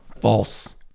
False